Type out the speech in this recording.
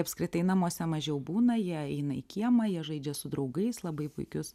apskritai namuose mažiau būna jie eina į kiemą jie žaidžia su draugais labai puikius